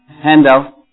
handout